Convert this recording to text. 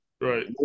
Right